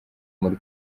muri